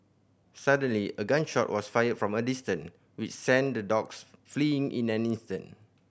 suddenly a gun shot was fired from a distance which sent the dogs fleeing in an instant